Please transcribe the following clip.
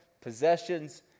possessions